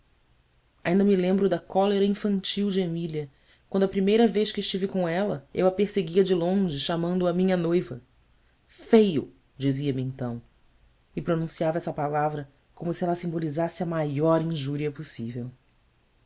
ainda me lembro da cólera infantil de emília quando a primeira vez que estive com ela eu a perseguia de longe chamando a inha noiva eio dizia-me então e pronunciava essa palavra como se ela simbolizasse a maior injúria possível